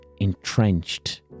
entrenched